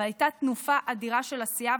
אבל הייתה תנופה אדירה של עשייה,